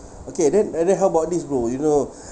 okay then and then how about this bro you know